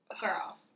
girl